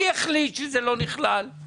מי החליט שזה לא נכלל?